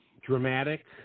Dramatic